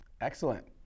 Excellent